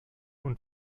und